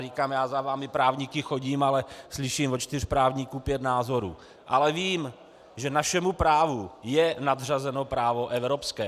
Říkám, já za vámi právníky chodím, ale slyším od čtyř právníků pět názorů, ale vím, že našemu právu je nadřazeno právo evropské.